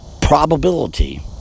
probability